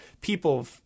people